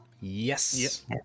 Yes